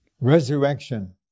Resurrection